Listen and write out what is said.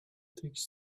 takes